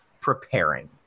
preparing